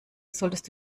solltest